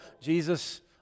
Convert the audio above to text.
Jesus